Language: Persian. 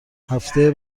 هفته